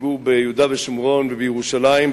הציבור ביהודה ושומרון ובירושלים,